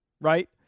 right